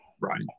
Right